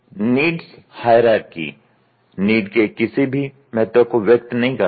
needs hierarchy need के किसी भी महत्व को व्यक्त नहीं करता है